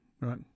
right